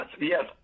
Yes